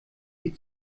sie